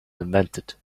invented